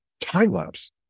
time-lapse